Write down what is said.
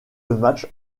match